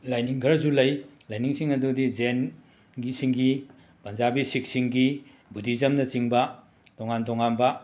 ꯂꯥꯏꯅꯤꯡ ꯈꯔꯁꯨ ꯂꯩ ꯂꯥꯏꯁꯤꯡ ꯑꯗꯨꯗꯤ ꯖꯦꯟꯒꯤꯁꯤꯡꯒꯤ ꯄꯟꯖꯥꯕꯤ ꯁꯤꯛ ꯁꯤꯡꯒꯤ ꯕꯨꯙꯤꯖꯝꯅ ꯆꯤꯡꯕ ꯇꯣꯉꯥꯟ ꯇꯣꯉꯥꯟꯕ